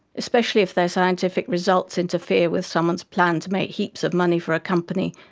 especially if their scientific results interfere with someone's plan to makes heaps of money for a company,